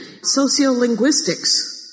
Sociolinguistics